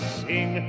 sing